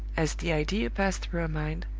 as the idea passed through her mind,